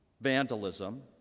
Vandalism